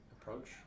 approach